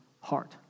heart